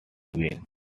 been